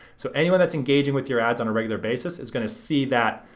so anyone that's engaging with your ads on a regular basis is gonna see that,